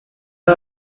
are